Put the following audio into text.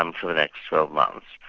um for the next twelve months,